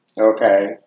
Okay